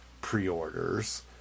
pre-orders